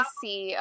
see